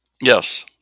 Yes